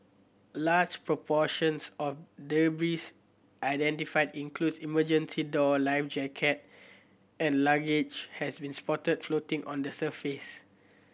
large proportions of debris identified includes emergency door life jacket and luggage has been spotted floating on the surface